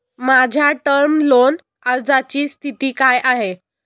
माझ्या term loan अर्जाची स्थिती काय आहे?